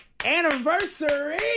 Anniversary